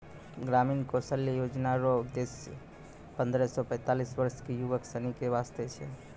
ग्रामीण कौशल्या योजना रो उद्देश्य पन्द्रह से पैंतीस वर्ष के युवक सनी के वास्ते छै